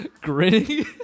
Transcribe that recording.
grinning